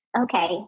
Okay